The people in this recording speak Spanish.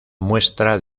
muestra